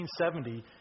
1970